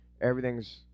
Everything's